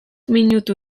minutu